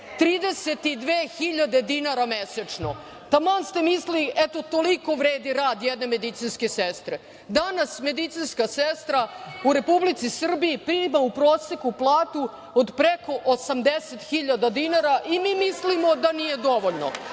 32.000 dinara mesečno. Taman ste mislili – eto, toliko vredi rad jedne medicinske sestre. Danas medicinska sestra u Republici Srbiji prima u proseku platu od preko 80.000 dinara i mi mislimo da nije dovoljno,